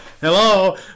Hello